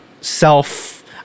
Self